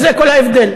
זה כל ההבדל.